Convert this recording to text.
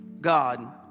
God